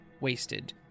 wasted